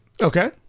Okay